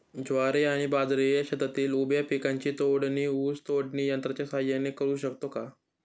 ज्वारी आणि बाजरी या शेतातील उभ्या पिकांची तोडणी ऊस तोडणी यंत्राच्या सहाय्याने करु शकतो का?